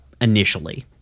initially